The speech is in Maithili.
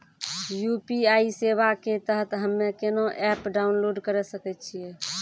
यु.पी.आई सेवा के तहत हम्मे केना एप्प डाउनलोड करे सकय छियै?